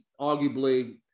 arguably